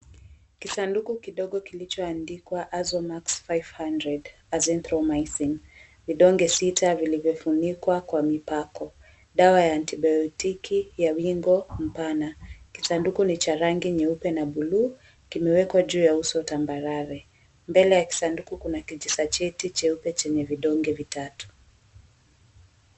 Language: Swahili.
Kisanduku kidogo kilichoandikwa "Azomax 500, Azithromycin". Vidonge sita vilivyofunikwa kwa mipako. Dawa ya antibiotic ya wigo mpana. Kisanduku ni cha rangi nyeupe na buluu, kimewekwa juu ya uso tambarare. Mbele ya kisanduku kuna kijisacheti cheupe chenye vidonge vitatu.